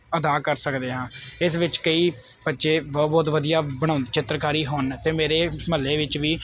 ਅਦਾ ਕਰ ਸਕਦੇ ਹਾਂ ਇਸ ਵਿੱਚ ਕਈ ਬੱਚੇ ਵ ਬਹੁਤ ਵਧੀਆ ਬਣਾ ਚਿੱਤਰਕਾਰੀ ਹਨ ਅਤੇ ਮੇਰੇ ਮੁਹੱਲੇ ਵਿੱਚ ਵੀ